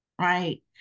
right